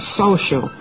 social